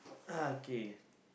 okay